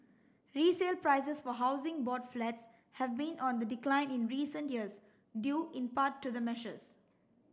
resale prices for Housing Board flats have been on the decline in recent years due in part to the measures